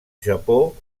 japó